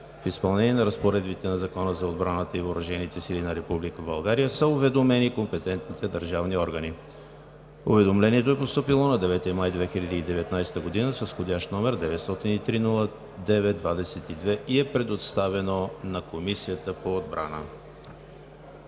В изпълнение на разпоредбите на Закона за отбраната и въоръжените сили на Република България са уведомени компетентните държавни органи. Уведомлението е постъпило на 9 май 2019 г. с вх. № 903 09 22 и е предоставено на Комисията по отбрана.